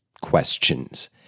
questions